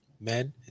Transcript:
men